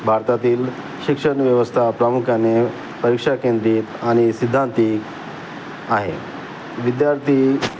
भारतातील शिक्षणव्यवस्था प्रामुख्याने परीक्षा केंद्रित आणि सिद्धांती आहे विद्यार्थी